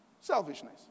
Selfishness